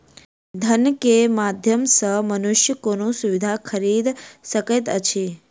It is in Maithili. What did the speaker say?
धन के माध्यम सॅ मनुष्य कोनो सुविधा खरीदल सकैत अछि